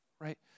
right